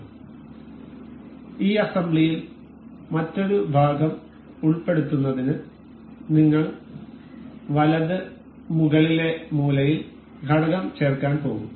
അതിനാൽ ഈ അസംബ്ലിയിൽ മറ്റൊരു ഭാഗം ഉൾപ്പെടുത്തുന്നതിന് നിങ്ങൾ വലത് മുകളിലെ മൂലയിൽ ഘടകം ചേർക്കാൻ പോകും